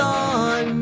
on